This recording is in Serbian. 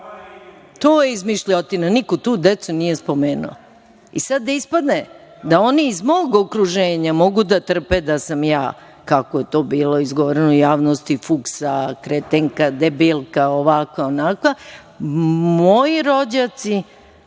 To znate i vi. Niko tu decu nije spomenuo.I sad da ispadne da oni iz mog okruženja mogu da trpe da sam ja, kako je to bilo izgovoreno u javnosti, fuksa, kretenka, debilka, ovakva, onakva, moji rođaci,